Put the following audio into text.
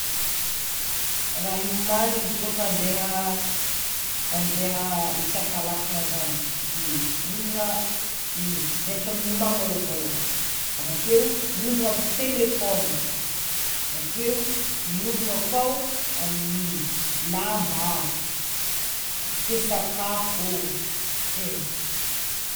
Raha hiomagnana izy kôfa andeha hitsaka lakagna zany, miomagna i miagnatra milomano malôha voalohany avakeo miomagna azmy telefôna avakeo miomagna koa o amin'ny lamba, avakeo sakafo, zay.